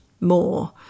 more